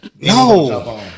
No